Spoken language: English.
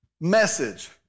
message